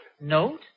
Note